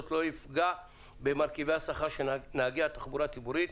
לא יפגע במרכיבי השכר של נהגי התחבורה הציבורית.